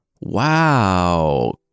Wow